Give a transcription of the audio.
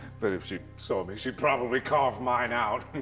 but if she saw me she'd probably carve mine out!